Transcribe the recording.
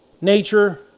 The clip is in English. nature